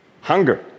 hunger